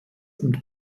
und